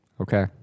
okay